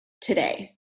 today